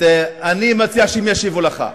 אני מציע שהם ישיבו לך.